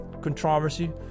controversy